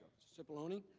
cipollone.